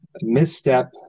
misstep